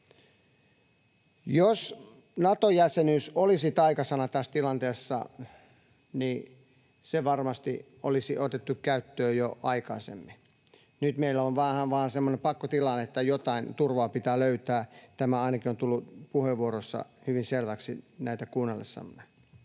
Jos Nato-jäsenyys olisi taikasana tässä tilanteessa, niin se varmasti olisi otettu käyttöön jo aikaisemmin. Nyt meillä on vähän vain semmoinen pakkotilanne, että jotain turvaa pitää löytää. Tämä ainakin on tullut puheenvuoroissa hyvin selväksi näitä kuunnellessamme.